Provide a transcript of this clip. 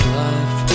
life